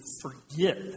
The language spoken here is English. forget